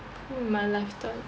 who in my life do I